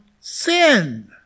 sin